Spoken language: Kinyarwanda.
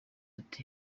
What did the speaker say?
ati